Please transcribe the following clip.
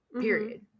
Period